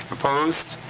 opposed?